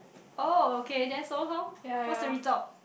oh okay then so how what's the result